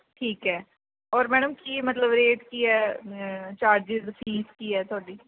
ਠੀਕ ਹੈ ਔਰ ਮੈਡਮ ਕੀ ਮਤਲਬ ਰੇਟ ਕੀ ਹੈ ਚਾਰਜਿਸ ਫੀਸ ਕੀ ਹੈ ਤੁਹਾਡੀ